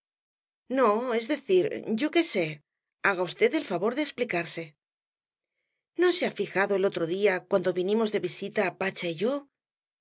no es decir yo qué sé haga v él favor de explicarse no se ha fijado el otro día cuando vinimos de visita pacha y yo